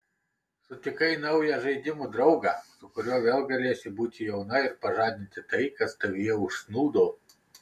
sutikai naują žaidimų draugą su kuriuo vėl galėsi būti jauna ir pažadinti tai kas tavyje užsnūdo